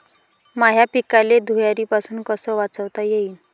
माह्या पिकाले धुयारीपासुन कस वाचवता येईन?